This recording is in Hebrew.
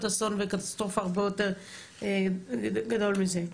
אסון וקטסטרופה הרבה יותר גדולה מזה.